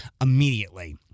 immediately